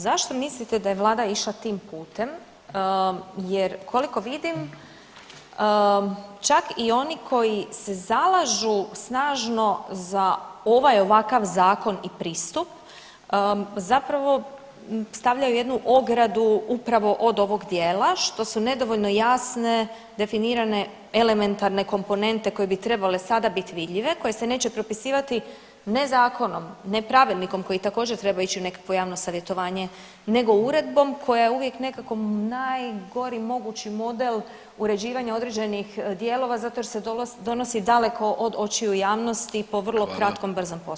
Zašto mislite da je vlada išla tim putem jer koliko vidim čak i oni koji se zalažu snažno za ovaj i ovakav zakon i pristup zapravo stavljaju jednu ogradu upravo od ovog dijela što su nedovoljno jasne definirane elementarne komponente koje bi trebale sada bit vidljive koje se neće propisivati ne zakonom, ne pravilnikom koji također treba ići u nekakvo javno savjetovanje nego uredbom koja je uvijek nekako najgori mogući model uređivanja određenih dijelova zato jer se donosi daleko od očiju javnosti po vrlo kratkom brzom postupku?